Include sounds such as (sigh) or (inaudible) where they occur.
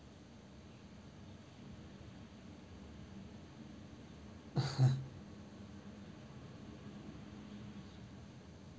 (laughs)